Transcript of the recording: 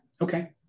okay